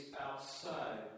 outside